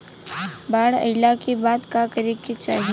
बाढ़ आइला के बाद का करे के चाही?